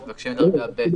הם מבקשים את דרגה ב'.